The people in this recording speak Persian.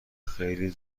خیلی